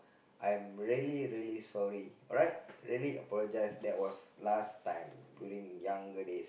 I'm really really sorry alright really apologize that was last time during younger days